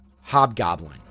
Hobgoblin